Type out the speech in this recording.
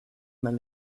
man